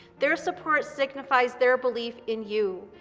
their support signifies their belief in you,